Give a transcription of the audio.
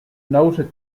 noted